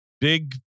big